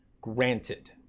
Granted